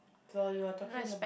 so you are talking ab~